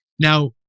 Now